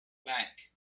bank